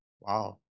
Wow